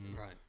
Right